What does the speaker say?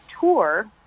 tour